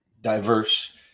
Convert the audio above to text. diverse